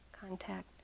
contact